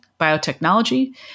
biotechnology